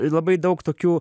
labai daug tokių